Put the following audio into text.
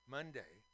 Monday